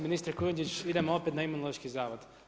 Ministre Kujundžić, idemo opet na Imunuloški zavod.